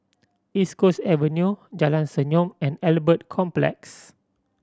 East Coast Avenue Jalan Senyum and Albert Complex